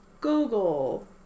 Google